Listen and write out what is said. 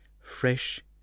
fresh